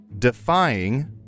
Defying